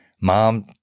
mom